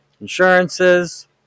insurances